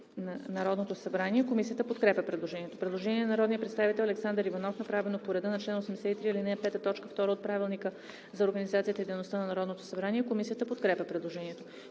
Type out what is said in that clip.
на Народното събрание. Комисията подкрепя предложението. Предложение на народния представител Александър Иванов, направено по реда на чл. 83, ал. 5, т. 2 от Правилника за организацията и дейността на Народното събрание. Комисията подкрепя предложението.